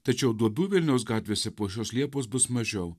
tačiau duobių vilniaus gatvėse po šios liepos bus mažiau